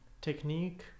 Technique